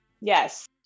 Yes